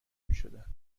میشدن